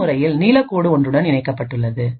இந்த முறையில் நீலக்கோடு ஒன்றுடன் இணைக்கப்பட்டுள்ளது